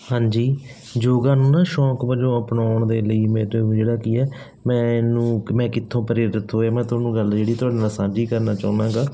ਹਾਂਜੀ ਯੋਗਾ ਨੂੰ ਨਾ ਸ਼ੌਂਕ ਵਜੋਂ ਅਪਣਾਉਣ ਦੇ ਲਈ ਮੈਨੂੰ ਜਿਹੜਾ ਕੀ ਹੈ ਮੈਂ ਇਹਨੂੰ ਕਿ ਮੈਂ ਕਿੱਥੋਂ ਪ੍ਰੇਰਿਤ ਹੋਇਆ ਮੈਂ ਤੁਹਾਨੂੰ ਗੱਲ ਜਿਹੜੀ ਤੁਹਾਡੇ ਨਾਲ ਸਾਂਝੀ ਕਰਨਾ ਚਾਹੁੰਦਾ ਹੈਗਾ